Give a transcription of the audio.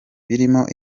birimo